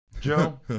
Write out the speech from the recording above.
Joe